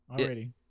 already